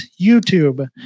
YouTube